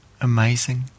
amazing